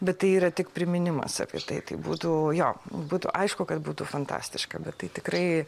bet tai yra tik priminimas apie tai tai būtų jo būtų aišku kad būtų fantastiška bet tai tikrai